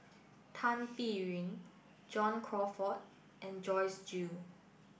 Tan Biyun John Crawfurd and Joyce Jue